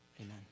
Amen